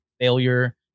Failure